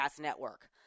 network